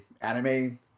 anime